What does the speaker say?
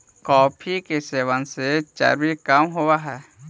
coffee के सेवन से चर्बी कम होब हई